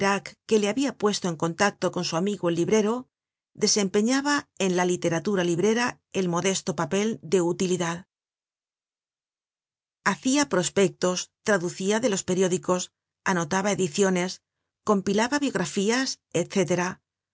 que le habia puesto en contacto con su amigo el librero desempeñaba en la literatura librera el modesto papel de utilidad hacia prospectos traducia de los periódicos anotaba ediciones compilaba biografías